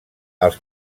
els